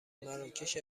مراکش